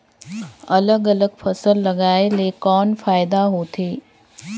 अलग अलग फसल लगाय ले कौन फायदा होथे?